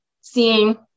seeing